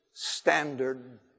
standard